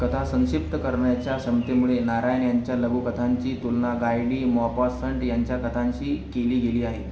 कथा संक्षिप्त करण्याच्या क्षमतेमुळे नारायण यांच्या लघुकथांची तुलना गाय डी मॉपासंट यांच्या कथांशी केली गेली आहे